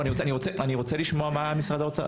אני רוצה לשמוע מה משרד האוצר,